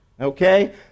Okay